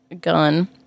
gun